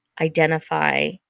identify